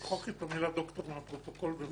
למחוק את המילה "דוקטור" מהפרוטוקול בבקשה.